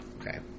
Okay